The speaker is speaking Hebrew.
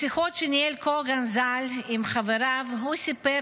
בשיחות שניהל קוגן ז"ל עם חבריו הוא סיפר